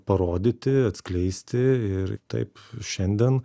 parodyti atskleisti ir taip šiandien